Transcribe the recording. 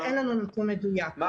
מה